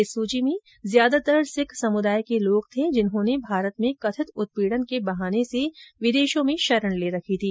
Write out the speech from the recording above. इस सूची में ज्यादातर सिंख समुदाय के लोग थे जिन्होंने भारत में कथित उत्पीड़न के बहाने से विदेशों में शरण ले रखी थी